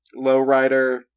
lowrider